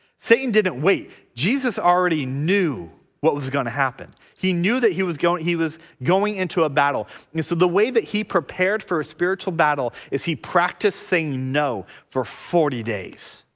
satan didn't wait jesus already knew what was gonna happen he knew that he was going he was going into a battle so the way that he prepared for a spiritual battle is he practiced saying no for forty days.